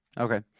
Okay